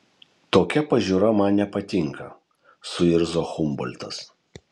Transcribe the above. tokia pažiūra man nepatinka suirzo humboltas